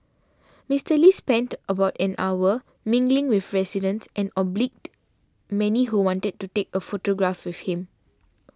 Mister Lee spent about an hour mingling with residents and obliged many who wanted to take a photograph with him